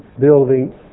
building